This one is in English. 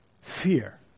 fear